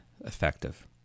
effective